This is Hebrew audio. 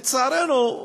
לצערנו,